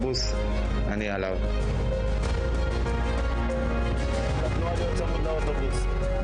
פה אתם רואים את הנגיעה הקטנה הזאת בקטין?